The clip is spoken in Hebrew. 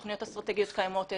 תוכניות אסטרטגיות קיימות,